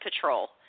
Patrol